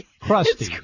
crusty